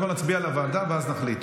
קודם כול נצביע על הוועדה ואז נחליט.